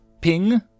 Ping